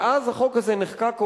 מאז נחקק החוק הזה,